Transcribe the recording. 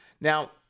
Now